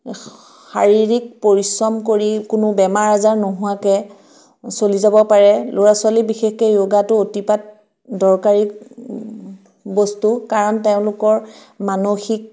শাৰীৰিক পৰিশ্ৰম কৰি কোনো বেমাৰ আজাৰ নোহোৱাকৈ চলি যাব পাৰে ল'ৰা ছোৱালী বিশেষকে য়োগাটো অতিপাত দৰকাৰী বস্তু কাৰণ তেওঁলোকৰ মানসিক